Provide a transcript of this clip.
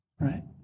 right